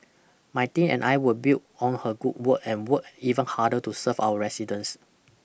my team and I will build on her good work and work even harder to serve our residents